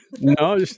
No